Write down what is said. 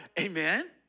Amen